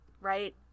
right